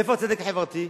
איפה הצדק החברתי?